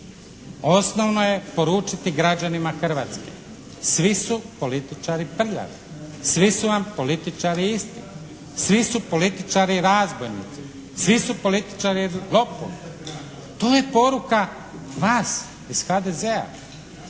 Osnovno je poručiti građanima Hrvatske svi su političari prljavi, svi su vam političari isti. Svi su političari razbojnici, svi su političari …/Govornik se ne razumije./… To je poruka vas iz HDZ-a.